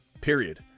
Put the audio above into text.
period